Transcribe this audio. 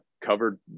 covered